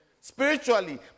spiritually